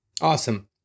Awesome